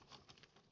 autot